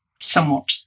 somewhat